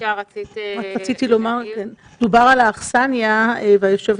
רציתי לומר שדובר על האכסניה והיושבת